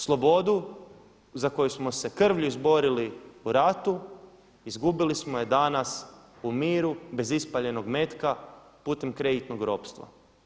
Slobodu za koju smo se krvlju izborili u ratu izgubili smo je danas u miru bez ispaljenog metka putem kreditnog ropstva.